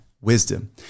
wisdom